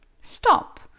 Stop